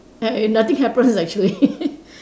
I nothing happens actually